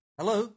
hello